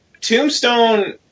Tombstone